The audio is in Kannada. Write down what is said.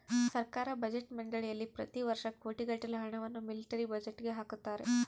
ಸರ್ಕಾರ ಬಜೆಟ್ ಮಂಡಳಿಯಲ್ಲಿ ಪ್ರತಿ ವರ್ಷ ಕೋಟಿಗಟ್ಟಲೆ ಹಣವನ್ನು ಮಿಲಿಟರಿ ಬಜೆಟ್ಗೆ ಹಾಕುತ್ತಾರೆ